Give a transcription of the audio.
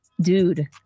dude